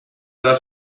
della